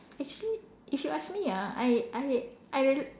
actually if you ask me ah I I I r~